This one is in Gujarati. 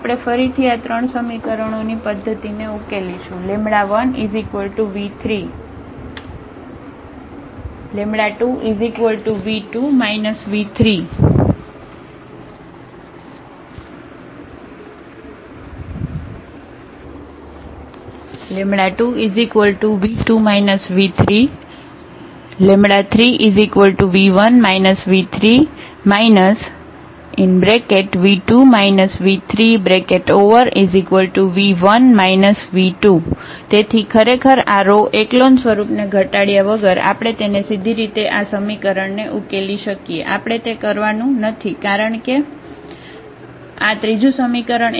આપણે ફરીથી આ ત્રણ સમીકરણો ની પદ્ધતિ ને ઉકેલીશું 1v3 2v2 v3 3v1 v3 v1 v2 તેથી ખરેખર આ રો એકલોન સ્વરૂપને ઘટાડયા વગર આપણે તેને સીધીરીતે આ સમીકરણ ને ઉકેલી શકીએ આપણે તે કરવાનું નથી કારણ કે આ ત્રીજું સમીકરણ એમ કહે છે કે 1v3